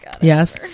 Yes